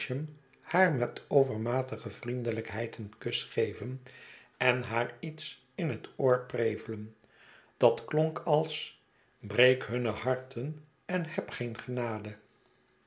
haar met overmatige vriendelijkheid een kus geven en haar iets in het oor pre velen dat klonk als breek hunne harten en heb geen genade